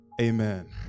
Amen